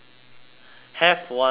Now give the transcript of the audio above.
have one today